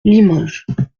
limoges